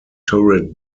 turret